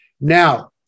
Now